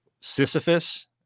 Sisyphus